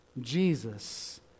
Jesus